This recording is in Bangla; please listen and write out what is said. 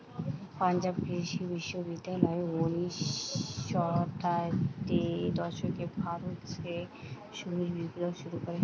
পাঞ্জাব কৃষি বিশ্ববিদ্যালয় উনিশ শ ষাটের দশকে ভারত রে সবুজ বিপ্লব শুরু করে